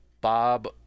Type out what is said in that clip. Bob